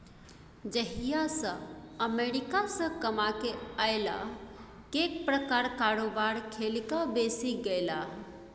जहिया सँ अमेरिकासँ कमाकेँ अयलाह कैक प्रकारक कारोबार खेलिक बैसि गेलाह